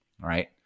right